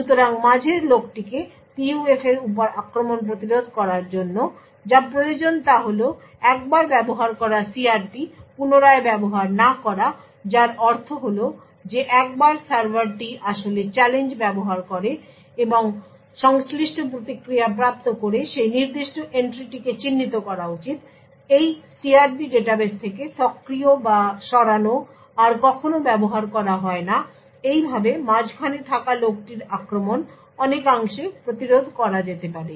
সুতরাং মাঝের লোকটিকে PUF এর উপর আক্রমণ প্রতিরোধ করার জন্য যা প্রয়োজন তা হল একবার ব্যবহার করা CRP পুনরায় ব্যবহার না করা যার অর্থ হল যে একবার সার্ভারটি আসলে চ্যালেঞ্জ ব্যবহার করে এবং সংশ্লিষ্ট প্রতিক্রিয়া প্রাপ্ত করে সেই নির্দিষ্ট এন্ট্রিটিকে চিহ্নিত করা উচিত এই CRP ডাটাবেস থেকে সক্রিয় বা সরানো আর কখনও ব্যবহার করা হয় না এইভাবে মাঝখানে থাকা লোকটির আক্রমণ অনেকাংশে প্রতিরোধ করা যেতে পারে